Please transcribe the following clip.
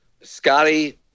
Scotty